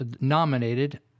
nominated